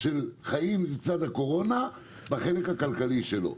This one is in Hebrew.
של חיים לצד הקורונה בחלק הכלכלי שלו.